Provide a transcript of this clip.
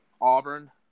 Auburn